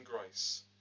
Grace